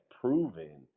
proven